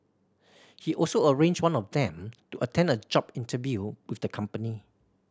he also arranged one of them to attend a job interview with the company